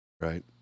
right